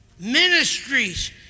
ministries